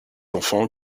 enfants